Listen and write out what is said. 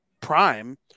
prime